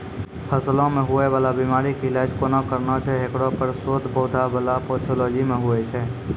फसलो मे हुवै वाला बीमारी के इलाज कोना करना छै हेकरो पर शोध पौधा बला पैथोलॉजी मे हुवे छै